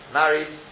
married